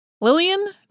Lillian